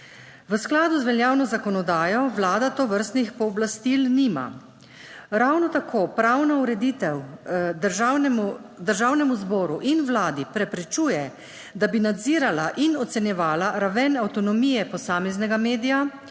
V skladu z veljavno zakonodajo Vlada tovrstnih pooblastil nima. Ravno tako pravna ureditev Državnemu zboru in Vladi preprečuje, da bi nadzirala in ocenjevala raven avtonomije posameznega medija,